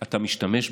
אתה משתמש בו.